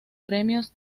premios